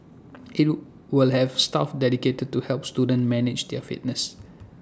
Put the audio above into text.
it'll will have staff dedicated to help students manage their fitness